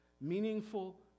Meaningful